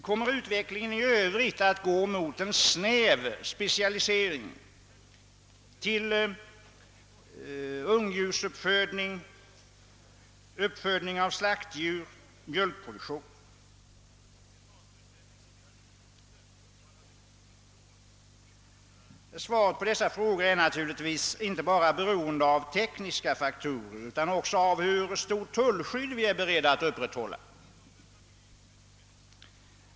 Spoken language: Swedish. Kommer utvecklingen i övrigt att gå mot en snäv specialisering till ungdjursuppfödning, uppfödning av slaktdjur eller mjölkproduktion? Svaren på dessa frågor är naturligtvis inte bara beroende av tekniska faktorer utan också av hur stort tullskydd vi är beredda att upprätthålla.